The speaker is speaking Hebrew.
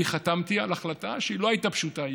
אני חתמתי על החלטה שהיא לא הייתה פשוטה,